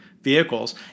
vehicles